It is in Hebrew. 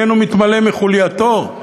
איננו מתמלא מחולייתו,